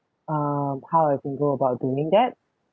um how I can go about doing that